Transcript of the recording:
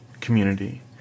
community